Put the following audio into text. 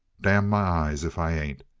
damn my eyes if i ain't!